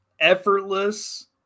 effortless